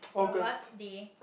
your birthday